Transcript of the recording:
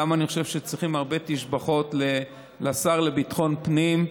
אני חושב שצריכים גם הרבה תשבחות לשר לביטחון פנים,